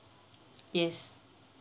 yes